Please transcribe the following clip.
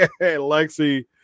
Lexi